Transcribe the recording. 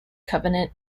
covenant